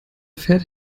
pferd